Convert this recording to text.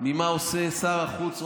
ממה שעושה שר החוץ,